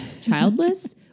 childless